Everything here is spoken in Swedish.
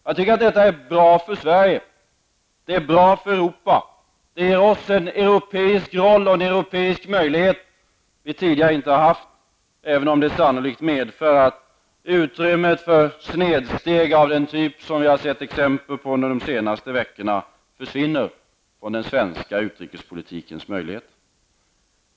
Jag tycker att det vore bra för Sverige. Det vore bra för Europa. Det ger oss en europeisk roll och europeiska möjligheter som vi tidigare inte har haft, även om det sannolikt medför att utrymmet för snedsteg av den typ som vi har sett exempel på under de senaste veckorna, försvinner ur den svenska utrikespolitiken.